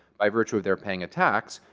by virtue of their paying a tax,